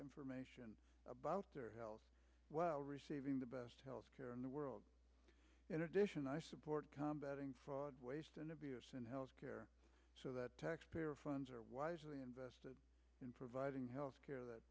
information about their health well receiving the best health care in the world in addition i support combat in fraud waste and abuse in health care so that taxpayer funds are wisely invested in providing health care that